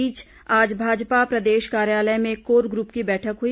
इस बीच आज भाजपा प्रदेश कार्यालय में कोर ग्रुप की बैठक हुई